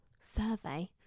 Survey